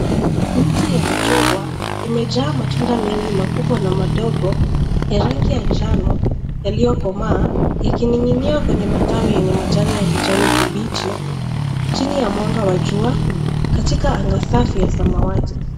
Miti ya machungwa, imejaa matunda mengi makubwa na madogo ya rangi ya njano yaliokomaa ikiningi'nia kwenye matawi yenye majani ya kijani kibichi, jini ya mwanga wa jua katika anga safi ya samawati.